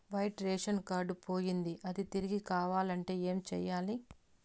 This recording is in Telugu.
వైట్ రేషన్ కార్డు పోయింది అది తిరిగి కావాలంటే ఏం సేయాలి